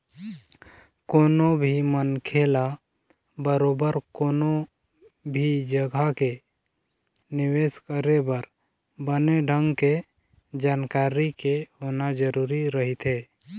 कोनो भी मनखे ल बरोबर कोनो भी जघा के निवेश करे बर बने ढंग के जानकारी के होना जरुरी रहिथे